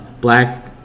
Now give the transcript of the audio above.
black